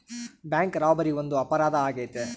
bank robbery ಒಂದು ಅಪರಾಧ ಆಗೈತೆ